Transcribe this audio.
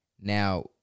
Now